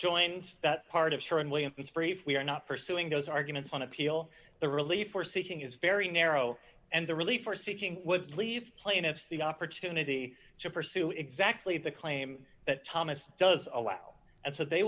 joined that part of her and william brief we are not pursuing those arguments on appeal the relief for seeking is very narrow and the relief for seeking leave plaintiffs the opportunity to pursue exactly the claim that thomas does allow and so they